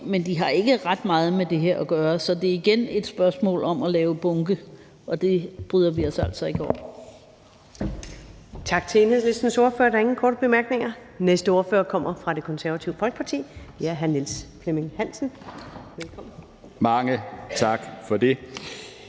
men de har ikke ret meget med det her at gøre. Så det er igen et spørgsmål om at lave bunkeforslag, og det bryder vi os altså ikke om. Kl. 20:20 Første næstformand (Karen Ellemann): Tak til Enhedslistens ordfører. Der er ingen korte bemærkninger. Den næste ordfører kommer fra Det Konservative Folkeparti, og det er hr. Niels Flemming Hansen. Velkommen. Kl.